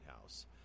House